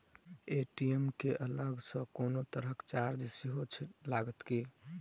ATM केँ अलग सँ कोनो तरहक चार्ज सेहो लागत की?